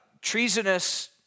treasonous